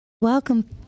Welcome